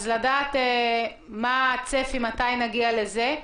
אז אני מבקשת לדעת מה הצפי, מתי נגיע לזה.